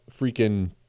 freaking